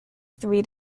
three